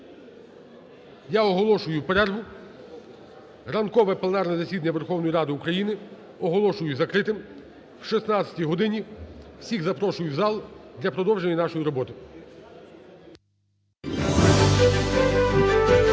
я оголошую перерву. Ранкове пленарне засідання Верховної Ради України оголошую закритим. О 16 годині всіх запрошую в зал для продовження нашої роботи.